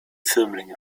firmlinge